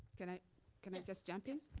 can i can i just jump in?